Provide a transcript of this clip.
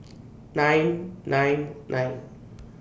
nine nine nine